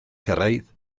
cyrraedd